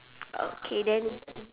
okay then